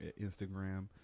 Instagram